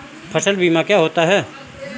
फसल बीमा क्या होता है?